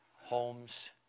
homes